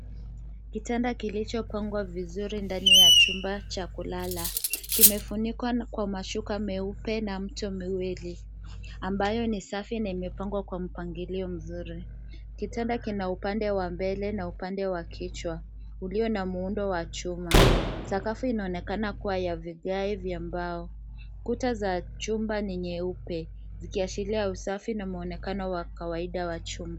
Kitanda kilichopangwa vizuri ndani ya chumba cha kulala, kimefunikwa kwa mashuka meupe na mto miwili ambayo ni safi na imepangwa kwa mpangilio mzuri. Kitanda kina upande wa mbele na upande wa kichwa, ulio na muundo wa chuma. Sakafu inaonekana kuwa ya vigae vya mbao. Kuta za chumba ni nyeupe, zikiashiria usafi na mwonekano wa kawaida wa chumba.